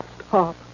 Stop